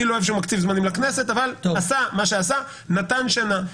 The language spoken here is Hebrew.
אני לא אוהב שהוא מקציב זמנים לכנסת אבל עשה מה שעשה ונתן שנה.